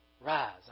Rise